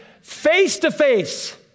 face-to-face